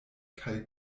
kaj